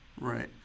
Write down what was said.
Right